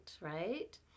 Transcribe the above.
right